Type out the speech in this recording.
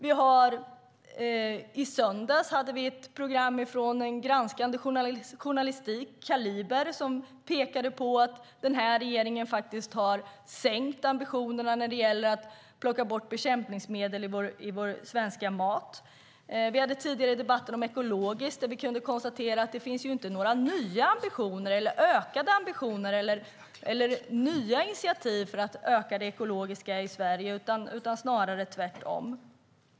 I söndags var det ett program från en granskande journalist i programmet Kaliber , som pekade på att den här regeringen har sänkt ambitionerna när det gäller att plocka bort bekämpningsmedel i vår svenska mat. Vi hade tidigare en debatt om ekologiskt, där vi kunde konstatera att det inte finns några nya eller ökade ambitioner eller några nya initiativ för att öka det ekologiska i Sverige utan snarare tvärtom.